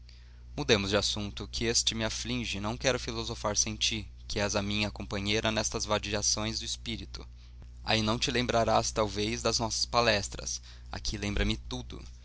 mudemos de assunto que este me aflige e não quero filosofar sem ti que és a minha companheira nestas vadiações de espírito aí não te lembrarás talvez das nossas palestras aqui lembra-me tudo